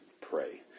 pray